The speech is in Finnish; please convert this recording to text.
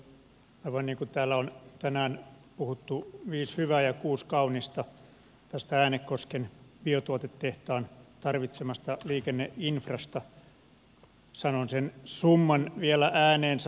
aivan niin kuin täällä on tänään puhuttu viisi hyvää ja kuusi kaunista tästä äänekosken biotuotetehtaan tarvitsemasta liikenneinfrasta niin sanon sen summan vielä ääneen